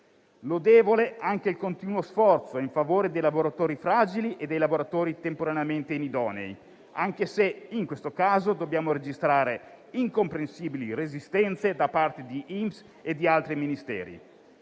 Lodevole anche il continuo sforzo in favore dei lavoratori fragili e dei lavoratori temporaneamente inidonei, anche se in questo caso dobbiamo registrare incomprensibili resistenze da parte dell'INPS e di altri Ministeri.